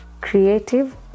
creative